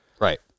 right